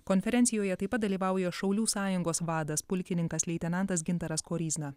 konferencijoje taip pat dalyvauja šaulių sąjungos vadas pulkininkas leitenantas gintaras koryzna